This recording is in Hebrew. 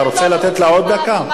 אתה רוצה לתת לה עוד דקה?